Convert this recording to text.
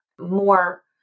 more